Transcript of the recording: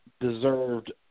deserved